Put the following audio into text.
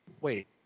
Wait